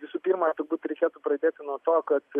visų pirma turbūt reikėtų pradėti nuo to kad